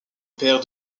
père